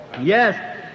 Yes